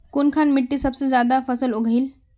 कुनखान मिट्टी सबसे ज्यादा फसल उगहिल?